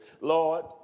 Lord